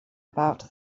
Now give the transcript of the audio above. about